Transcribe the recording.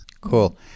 cool